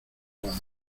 vado